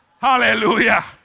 hallelujah